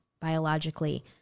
biologically